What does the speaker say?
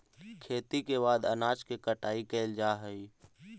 खेती के बाद अनाज के कटाई कैल जा हइ